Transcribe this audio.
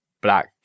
black